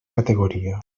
categoria